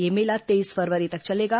यह मेला तेईस फरवरी तक चलेगा